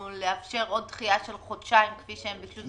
לאפשר עוד דחייה של חודשיים כפי שהם ביקשו,